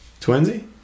Twinsy